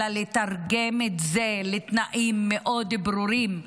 אלא לתרגם את זה לתנאים מאוד ברורים,